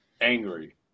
angry